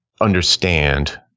understand